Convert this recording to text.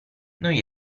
noi